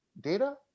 data